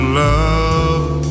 love